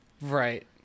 right